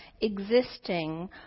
existing